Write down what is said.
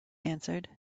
answered